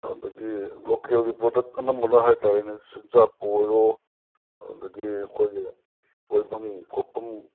ꯑꯗꯒꯤ ꯂꯣꯀꯦꯜꯒꯤ ꯄ꯭ꯔꯗꯛ ꯑꯅꯝꯕꯅ ꯍꯥꯏꯇꯔꯦꯅꯦ ꯆꯤꯟꯖꯥꯛꯄꯨ ꯑꯣꯏꯔꯣ ꯑꯗꯒꯤ ꯑꯩꯈꯣꯏꯒꯤ ꯀꯣꯏꯕꯝ ꯈꯣꯠꯐꯝ